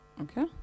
okay